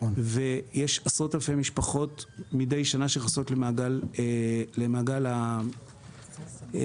עשרות אלפי משפחות נכנסות מידי שנה למעגל הצער.